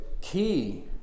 key